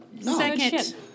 Second